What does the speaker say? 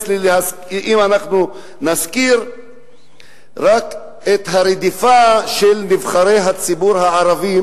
אם אנחנו נזכיר רק את הרדיפה של נבחרי הציבור הערבים,